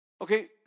Okay